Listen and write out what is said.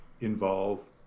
involve